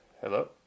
Hello